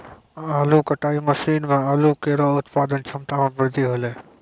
आलू कटाई मसीन सें आलू केरो उत्पादन क्षमता में बृद्धि हौलै